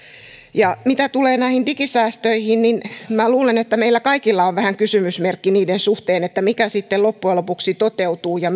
ja mitä tulee näihin digisäästöihin niin minä luulen että meillä kaikilla on vähän kysymysmerkki niiden suhteen mikä sitten loppujen lopuksi toteutuu ja